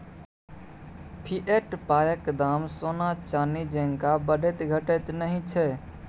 fiat पायक दाम सोना चानी जेंका बढ़ैत घटैत नहि छै